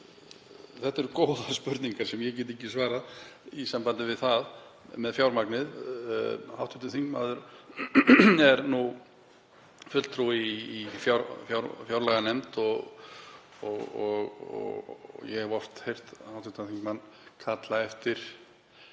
Þetta eru góðar spurningar sem ég get ekki svarað í sambandi við fjármagnið. Hv. þingmaður er fulltrúi í fjárlaganefnd og ég hef oft heyrt hv. þingmann kalla eftir